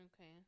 Okay